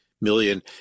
million